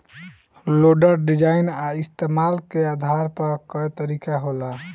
loader design आ इस्तमाल के आधार पर कए तरीका के होला